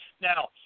Now